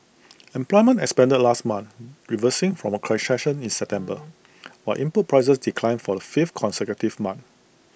employment expanded last month reversing from A contraction in September while input prices declined for the fifth consecutive month